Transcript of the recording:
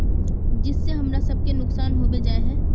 जिस से हमरा सब के नुकसान होबे जाय है?